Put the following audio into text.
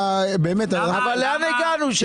אבל לאן הגענו?